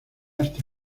hasta